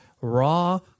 raw